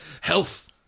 Health